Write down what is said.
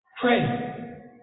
Pray